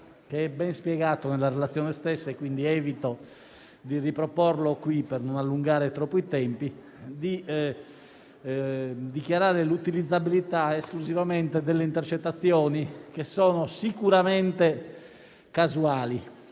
- è ben spiegato nella relazione e, quindi, evito di riproporlo in questa sede per non allungare troppo i tempi - di dichiarare l'utilizzabilità esclusivamente delle intercettazioni che sono sicuramente casuali,